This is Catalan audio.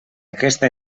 aquesta